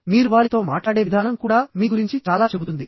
మీరు వారితో మాట్లాడే విధానం కూడా మీ గురించి చాలా చెబుతుంది